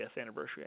anniversary